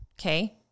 okay